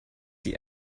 die